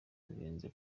bihenze